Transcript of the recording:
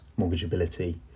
mortgageability